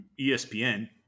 ESPN